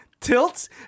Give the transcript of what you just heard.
tilts